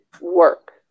work